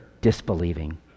disbelieving